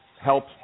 help